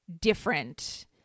different